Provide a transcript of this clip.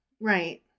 right